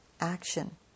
action